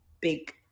big